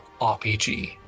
RPG